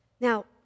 Now